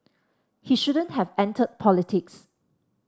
he shouldn't have entered politics